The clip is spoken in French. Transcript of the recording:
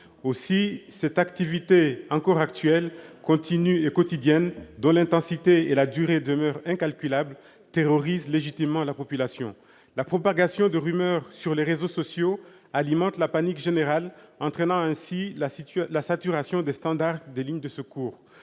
Aussi, cette activité, encore actuelle, continue et quotidienne, dont l'intensité et la durée demeurent incalculables, terrorise légitimement la population. La propagation de rumeurs sur les réseaux sociaux alimente la panique générale, entraînant ainsi la saturation des standards des lignes de secours.